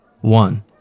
One